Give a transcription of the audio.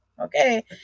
Okay